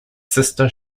sister